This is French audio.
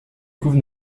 couvre